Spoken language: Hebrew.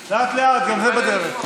לאט-לאט, גם זה בדרך.